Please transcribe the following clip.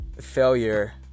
failure